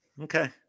Okay